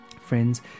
Friends